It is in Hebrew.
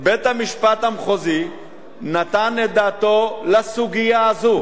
אתמול בית-המשפט המחוזי נתן דעתו לסוגיה הזאת